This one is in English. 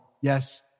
yes